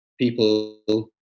people